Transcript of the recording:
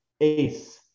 ace